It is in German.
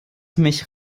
mich